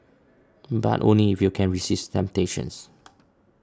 but only if you can resist temptations